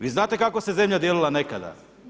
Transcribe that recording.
Vi znate kako se zemlja dijelila nekada?